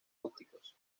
ópticos